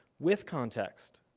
with context,